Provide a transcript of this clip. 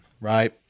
right